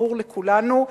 ברור לכולנו.